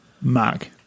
Mark